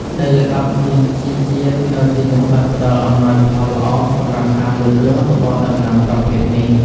ដីល្បាប់មានជីជាតិនៅទីនោះបានផ្ដល់អំណោយផលល្អសម្រាប់ការលូតលាស់របស់ដំណាំប្រភេទនេះ។